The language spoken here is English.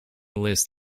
list